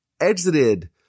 exited